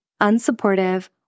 unsupportive